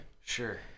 Sure